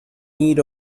need